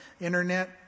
internet